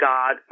God